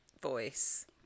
voice